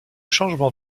changement